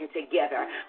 together